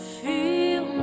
feel